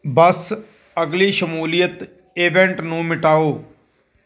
ਬੱਸ ਅਗਲੀ ਸ਼ਮੂਲੀਅਤ ਇਵੈਂਟ ਨੂੰ ਮਿਟਾਓ